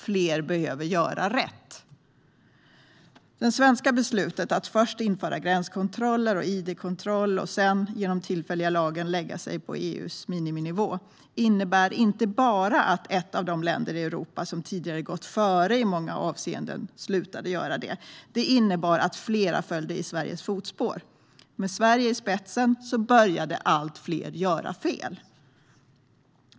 Fler behöver göra rätt. Det svenska beslutet att först införa gränskontroller och id-kontroller och att sedan genom den tillfälliga lagen lägga sig på EU:s miniminivå innebär inte bara att ett av de länder i Europa som tidigare har gått före i många avseenden slutade att göra det. Det innebar att fler följde i Sveriges fotspår. Med Sverige i spetsen började allt fler att göra fel.